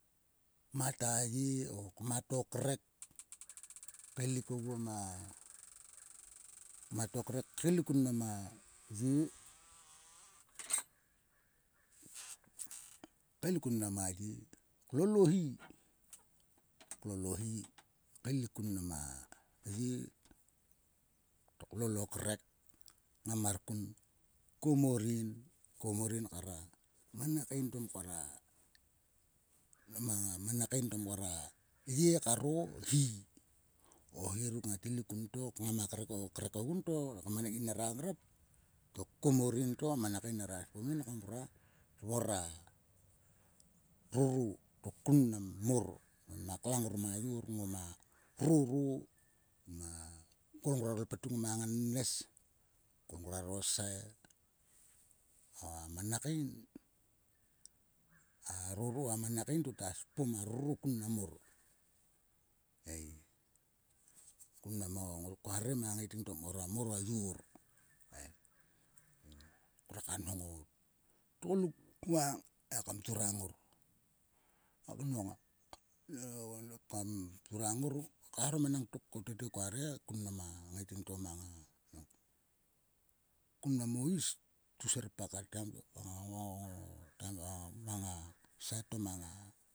Mat a ye o mat o krek kaelik oguo ma. Mat o krek kaelik kun mnam a ye. Kaelik kun mnam a ye. klol o hi. Klol o hi kaelik kun mnam a ye. to klol o krek ngam mar kun komor yin. Komor yin kar a mana kaen to mkor a. Manakaen to mkor a ye kar o hi. O hi ruk ngat elik kun to kngam o krek ogun to ha manakaen nera grap to komor yin. To a manakaein nera spom yin kam vrua. vrua roro. To kun mnam mor nama klang ngor ma yor. Ngoma roro. ngma kol nguaro ipetuk ngama ngannes. kol ngroaro sai. Va a manakain. a roro. a mana kain ta spom a roro kun mnam morei. Koa rere ma ngaiting to mkor mor o yor. ngruaka nhong o tgoluk vang kam yurang ngor. O nong kam turang ngor kaecharom enang tok ko tete koa re. Kun mnam a ngaiting to mang a. Kun mnam o us tvu serpak ngang o manga sait to mang o mang a.